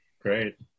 Great